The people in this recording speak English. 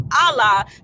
Allah